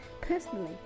personally